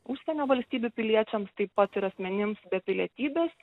užsienio valstybių piliečiams taip pat ir asmenims be pilietybės